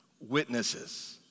Witnesses